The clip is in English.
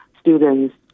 students